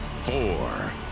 four